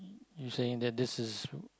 you saying that this is